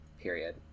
period